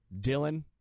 Dylan